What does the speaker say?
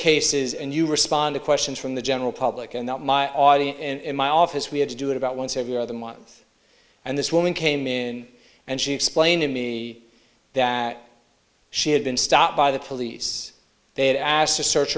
cases and you respond to questions from the general public and that my audi in my office we had to do it about once every other month and this woman came in and she explained to me that she had been stopped by the police they had asked to search